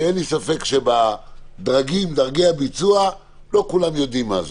ואין לי ספק שבדרגי הביצוע לא כולם יודעים מה זה,